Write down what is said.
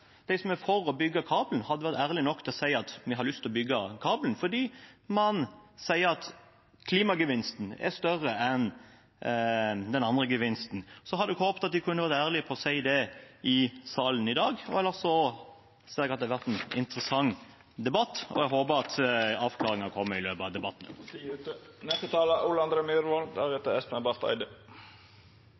de som er for å bygge kabelen, hadde vært ærlige nok til å si at man har lyst til å bygge kabelen fordi klimagevinsten er større enn den andre gevinsten. Jeg hadde håpet de kunne være ærlige og si det i salen i dag. Ellers har det vært en interessant debatt, og jeg håper at avklaringen kommer i løpet av debatten. Det er interessant å følge debatten, og det er